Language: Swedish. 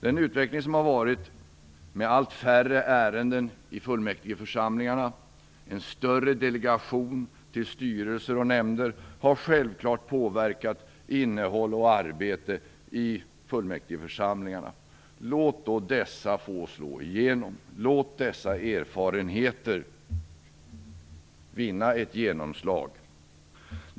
Den utveckling som har varit med allt färre ärenden i fullmäktigeförsamlingarna, med större delegation till styrelser och nämnder har självfallet påverkat innehåll och arbete i fullmäktigeförsamlingarna. Låt då dessa erfarenheter få vinna ett genomslag.